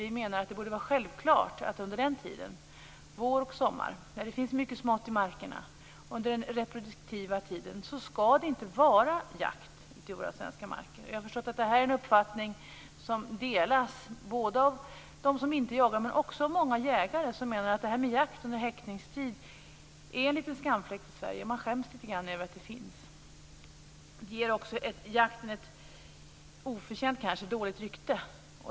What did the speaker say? Vi menar att det borde vara självklart att det inte skall jagas i våra svenska marker under den reproduktiva tiden, vår och sommar, när det finns mycket smått i markerna. Jag har förstått att denna uppfattning delas både av personer som inte jagar och av många jägare. De menar att jakt under häckningstid är något av en skamfläck för Sverige, och de skäms litet över att det förekommer. Det ger också jakten ett kanske oförtjänt dåligt rykte.